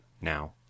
Now